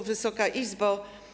Wysoka Izbo!